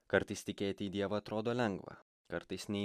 kartais tikėti į dievą atrodo lengva kartais nei